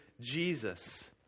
Jesus